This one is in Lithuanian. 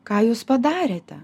ką jūs padarėte